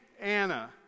Anna